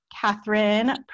Catherine